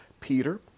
Peter